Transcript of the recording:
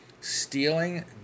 stealing